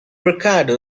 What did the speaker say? ricardo